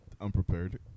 unprepared